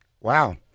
Wow